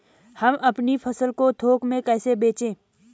हम अपनी फसल को थोक में कैसे बेचें?